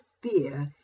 fear